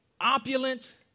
opulent